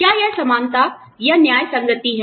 क्या यह समानता या न्याय संगति है